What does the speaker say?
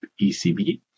ECB